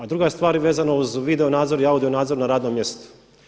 A druga stvar je vezano uz video nadzor i audio nadzor na radnom mjestu.